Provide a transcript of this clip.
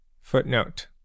Footnote